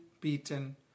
beaten